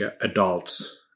adults